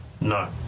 No